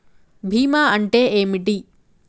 బీమా అంటే ఏమిటి?